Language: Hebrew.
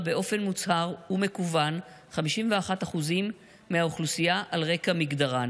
באופן מוצהר ומכוון 51% מהאוכלוסייה על רקע מגדר.